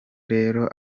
rero